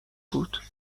بود